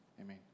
Amen